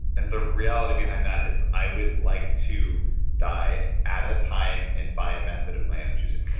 and the reality behind that is i would like to die at a time and by a method of my own choosing.